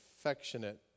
affectionate